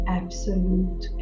absolute